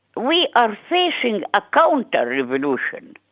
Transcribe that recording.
we are facing a counterrevolution.